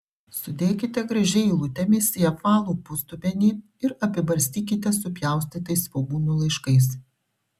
sudėkite gražiai eilutėmis į apvalų pusdubenį ir apibarstykite supjaustytais svogūnų laiškais